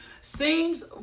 seems